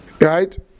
Right